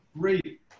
great